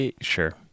sure